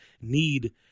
need